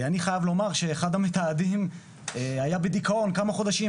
אני חייב לומר שאחד המתעדים היה בדיכאון כמה חודשים,